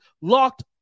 locked